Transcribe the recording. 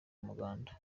umuganda